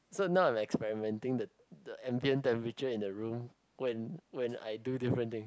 so now I'm experimenting the the ambient temperature in the room when when I do different things